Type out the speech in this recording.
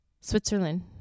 Switzerland